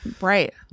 right